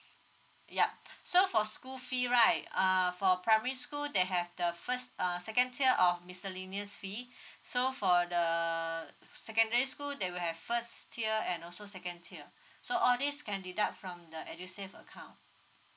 yup so for school fee right uh for primary school they have the first uh second tier of miscellaneous fee so for the secondary school they will have first tier and also second tier so all these can deduct from the edusave account